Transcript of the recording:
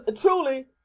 truly